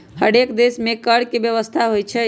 हरेक देश में कर के व्यवस्था होइ छइ